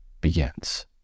begins